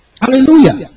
Hallelujah